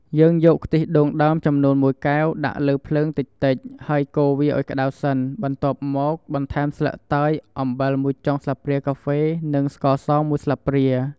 យើងយកខ្ទិះដូងដើមចំនួន ១ កែវ ដាក់លើភ្លើងតិចៗ ហើយកូរឱ្យវាក្តៅសិន បន្ទាប់មកបន្ថែមស្លឹកតើយ អំបិល ១ចុងស្លាបព្រាកាហ្វេ និងស្ករស ១ស្លាបព្រា។